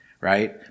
right